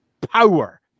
power